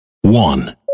one